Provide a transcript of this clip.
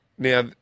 Now